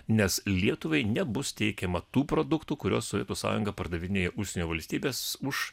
nes lietuvai nebus teikiama tų produktų kuriuos sovietų sąjunga pardavinėja užsienio valstybės už